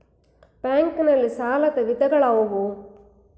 Bank ನಲ್ಲಿ ಸಾಲದ ವಿಧಗಳಾವುವು?